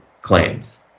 claims